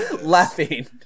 laughing